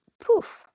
poof